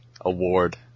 award